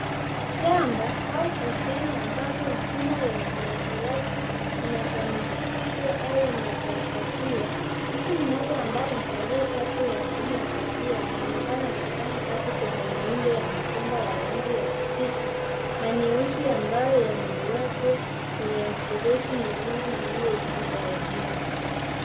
Shamba au bustani ambapo mfumo wa umwagiliaji unasanikizwa au unakarabatiwa. Mtu mmoja ambaye amevalia shati la bluu na kofia anaonekana akifanya kazi kwenye miundo ya mabomba ya rangi ya kijivu na nyeusi ambayo yamewekwa kwenye mifereji miwili iliyochimbwa ardhini.